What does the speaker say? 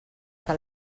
que